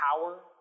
power